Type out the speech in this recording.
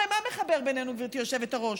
הרי מה מחבר בינינו, גברתי היושבת-ראש?